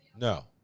No